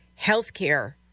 healthcare